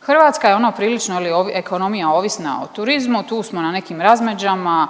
Hrvatska je ona prilično ekonomija ovisna o turizmu tu smo na nekim razmeđama,